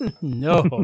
No